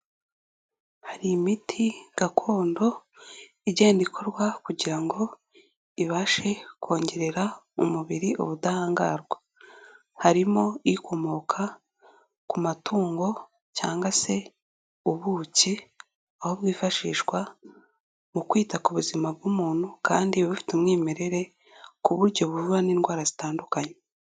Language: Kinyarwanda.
Hari imiti gakondo igenda ikorwa kugira ngo ibashe kongerera umubiri ubudahangarwa, harimo ikomoka ku matungo cyangwa se ubuki, aho bwifashishwa mu kwita ku buzima bw'umuntu kandi bufite umwimerere, ku buryo buvura n'indwara zitandukanye.